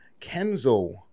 Kenzo